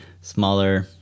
smaller